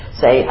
say